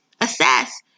Assess